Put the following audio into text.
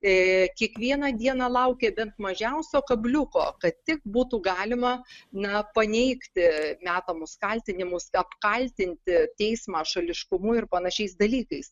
ė kiekvieną dieną laukė bent mažiausio kabliuko kad tik būtų galima na paneigti metamus kaltinimus apkaltinti teismą šališkumu ir panašiais dalykais